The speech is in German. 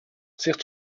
sich